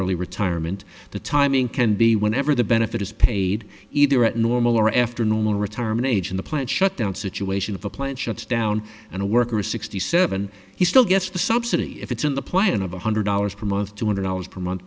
early retirement the timing can be whenever the benefit is paid either at normal or after normal retirement age in the plant shut down situation of a plant shut down and a worker a sixty seven he still gets the subsidy if it's in the plan of one hundred dollars per month two hundred dollars per month